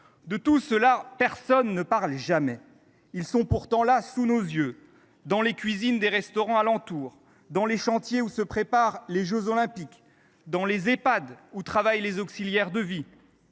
De tous ceux là, personne ne parle jamais. Ils sont pourtant là, sous nos yeux, dans les cuisines des restaurants alentour, dans les chantiers où se préparent les jeux Olympiques : ils sont auxiliaires de vie